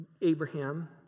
Abraham